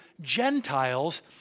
Gentiles